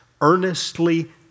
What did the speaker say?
earnestly